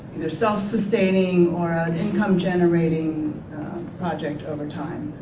self sustaining or ah income generating project over time.